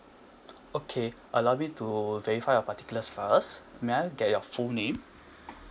okay allow me to verify your particulars first may I get your full name